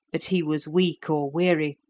but he was weak or weary,